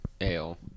ale